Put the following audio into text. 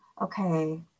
okay